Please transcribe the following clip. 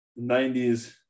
90s